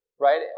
right